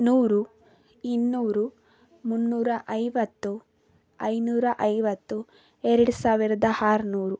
ನೂರು ಇನ್ನೂರು ಮುನ್ನೂರ ಐವತ್ತು ಐನೂರ ಐವತ್ತು ಎರಡು ಸಾವಿರದ ಆರುನೂರು